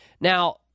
Now